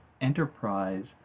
enterprise